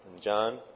John